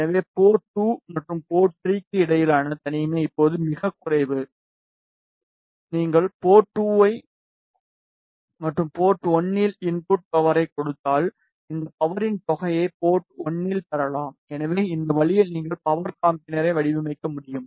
எனவே போர்ட் 2 மற்றும் போர்ட் 3 க்கு இடையிலான தனிமை இப்போது மிகக் குறைவு நீங்கள் போர்ட் 2 மற்றும் போர்ட் 3 இல் இன்புட் பவரைக் கொடுத்தால் இந்த பவரின் தொகையை போர்ட் 1 இல் பெறலாம் எனவே இந்த வழியில் நீங்கள் பவர் காம்பினரை வடிவமைக்க முடியும்